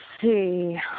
see